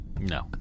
No